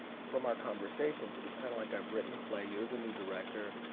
from our conversations it was kind of like i've written the play, you are the new director,